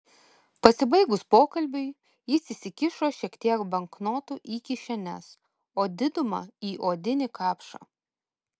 pasibaigus pokalbiui jis įsikišo šiek tiek banknotų į kišenes o didumą į odinį kapšą